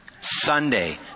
Sunday